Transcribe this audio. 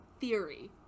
theory